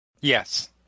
Yes